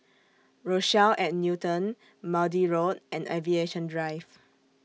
Rochelle At Newton Maude Road and Aviation Drive